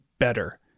better